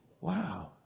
Wow